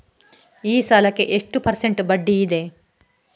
ಈ ಸಾಲಕ್ಕೆ ಎಷ್ಟು ಪರ್ಸೆಂಟ್ ಬಡ್ಡಿ ಇದೆ?